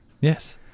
Yes